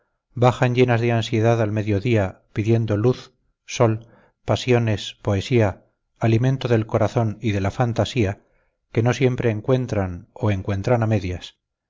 bajan llenas de ansiedad al mediodía pidiendo luz sol pasiones poesía alimento del corazón y de la fantasía que no siempre encuentran o encuentran a medias